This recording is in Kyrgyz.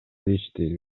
ишти